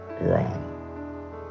wrong